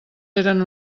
eren